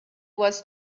was